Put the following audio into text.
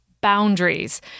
boundaries